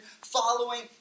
following